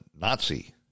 Nazi